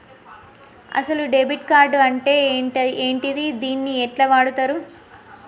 అసలు debit card అంటే ఏంటిది? దీన్ని ఎట్ల వాడుతరు?